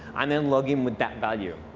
and then log in with that value.